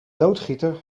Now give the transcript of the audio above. loodgieter